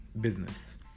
business